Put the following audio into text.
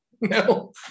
No